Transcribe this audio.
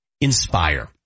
Inspire